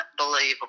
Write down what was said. unbelievable